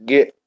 Get